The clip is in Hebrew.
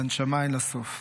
לנשמה אין לה סוף".